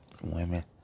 women